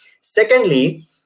Secondly